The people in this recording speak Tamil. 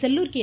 செல்லூர் கே